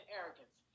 arrogance